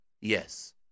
Yes